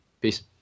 peace